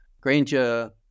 Granger